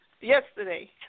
yesterday